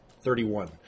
Thirty-one